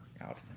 out